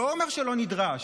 לא אומר שלא נדרש,